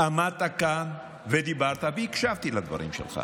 עמדת כאן ודיברת, והקשבתי לדברים שלך.